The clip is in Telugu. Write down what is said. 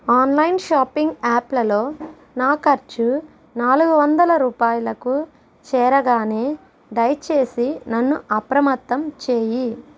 ఆన్లైన్ షాపింగ్ యాప్లలో నా ఖర్చు నాలుగు వందల రూపాయలకు చేరగానే దయచేసి నన్ను అప్రమత్తం చేయి